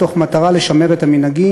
במטרה לשמר את המנהגים,